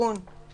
שהסיכון בהן